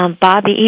Bobby